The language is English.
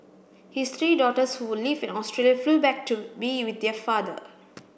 his three daughters who live in Australia flew back to be with their father